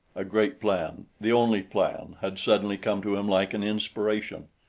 a great plan the only plan had suddenly come to him like an inspiration.